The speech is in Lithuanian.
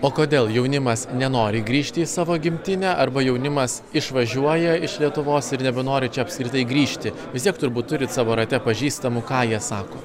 o kodėl jaunimas nenori grįžti į savo gimtinę arba jaunimas išvažiuoja iš lietuvos ir nebenori čia apskritai grįžti vis tiek turbūt turit savo rate pažįstamų ką jie sako